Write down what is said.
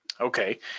Okay